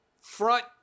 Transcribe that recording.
Front